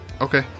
okay